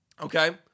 Okay